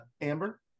Amber